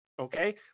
okay